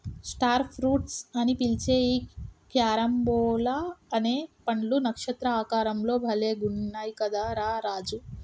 star fruits అని పిలిచే ఈ క్యారంబోలా అనే పండ్లు నక్షత్ర ఆకారం లో భలే గున్నయ్ కదా రా రాజు